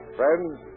Friends